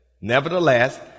nevertheless